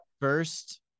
first